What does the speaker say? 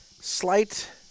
slight